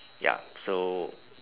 yup so